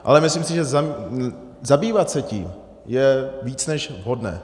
Ale myslím si, že zabývat se tím je více než vhodné.